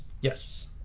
Yes